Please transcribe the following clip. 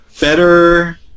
better